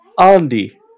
Andy